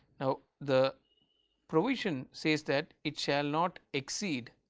now the provision says that it shall not exceed